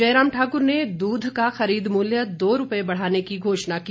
जयराम ठाक्र ने दूध का खरीद मूल्य दो रूपए बढ़ाने की घोषणा की